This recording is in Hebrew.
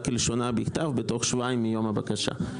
כלשונה בכתב בתוך שבועיים מיום הבקשה".